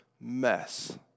Mess